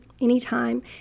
anytime